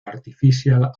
artificial